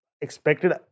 expected